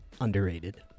underrated